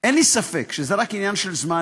אין לי ספק שזה רק עניין של זמן,